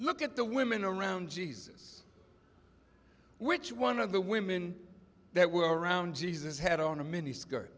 there look at the women around jesus which one of the women that were around jesus had on a mini skirt